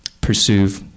pursue